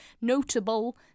notable